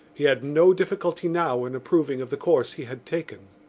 he had no difficulty now in approving of the course he had taken.